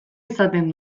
izaten